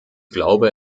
glaube